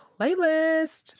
playlist